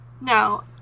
No